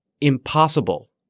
impossible